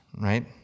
right